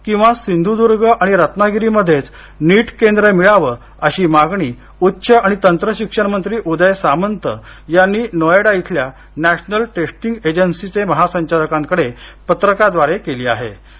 किंवा सिंधुदूर्ग आणि रत्नागिरीमध्येच नीट केंद्र मिळावं अशी मागणी उच्च आणि तंत्रशिक्षण मंत्री उदय सामंत यांनी नोएडा इथल्या नॅशनल टेस्टिंग एजन्सीचे महासंचालकांकडे पत्राद्वारे केली होती